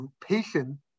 patient